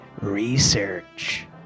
Research